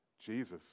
Jesus